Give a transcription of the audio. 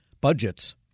budgets